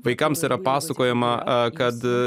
vaikams yra pasakojama kad